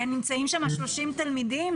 נמצאים שם 30 תלמידים,